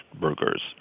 burgers